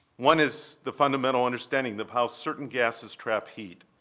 one is the fundamental understanding of how certain gases trap heat,